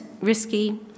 risky